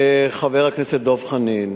חבר הכנסת דב חנין,